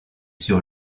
sur